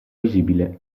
visibile